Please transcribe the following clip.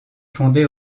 fondé